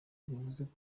bivuga